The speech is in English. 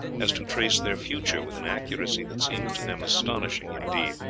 as to trace their future with an accuracy that seems to them astonishing indeed.